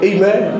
Amen